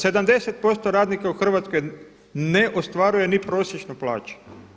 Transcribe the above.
70 posto radnika u Hrvatskoj ne ostvaruje ni prosječnu plaću.